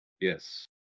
Yes